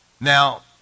Now